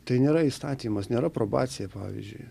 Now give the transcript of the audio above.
tai nėra įstatymas nėra probacija pavyzdžiui